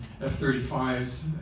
F-35s